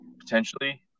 potentially